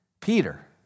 Peter